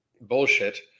bullshit